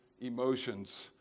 emotions